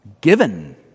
given